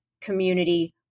community